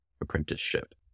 apprenticeship